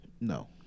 No